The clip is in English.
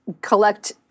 collect